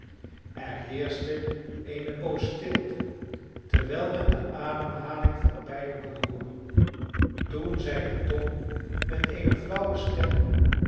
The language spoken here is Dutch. er heerschte eene poos stilte terwijl men de ademhaling van beiden kon hooren toen zeide tom met eene flauwe stem